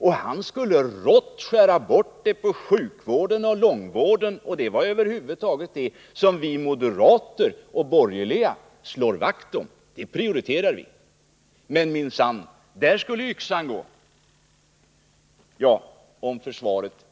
Och han skulle rått skära bort på sjukvården och långvården — sådant som vi moderater och de övriga borgerliga slår vakt om och i stället prioriterar. Men där skulle minsann yxan gå.